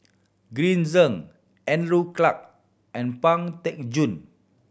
Green Zeng Andrew Clarke and Pang Teck Joon